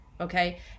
Okay